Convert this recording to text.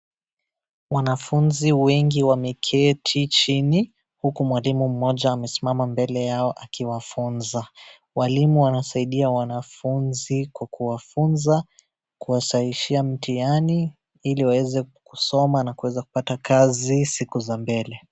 Wanafunzi wengi wameketi chini huku mwalimu mmoja amesimama mbele yao akiwafunza. Walimu wanawasaidia wanafunzi kwa kuwafunza kuwasahishia mtihani ili waweze kusoma na kuweza kupata kazi siku za mbele.